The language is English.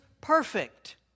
perfect